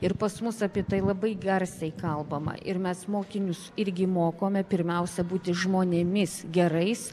ir pas mus apie tai labai garsiai kalbama ir mes mokinius irgi mokome pirmiausia būti žmonėmis gerais